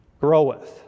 groweth